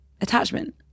attachment